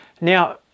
Now